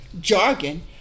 jargon